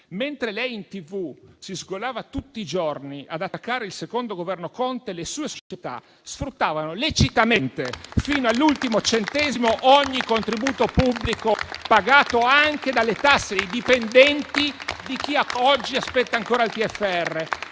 Mentre lei in TV si sgolava tutti i giorni per attaccare il secondo Governo Conte, le sue società sfruttavano lecitamente, fino all'ultimo centesimo, ogni contributo pubblico, pagato anche dalle tasse dei dipendenti e di chi oggi ancora aspetta il TFR.